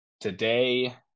today